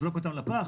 נזרוק אותן לפח?